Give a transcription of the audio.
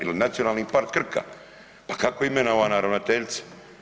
Ili Nacionalni park Krka pa kako je imenovana ravnateljica?